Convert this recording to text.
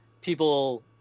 people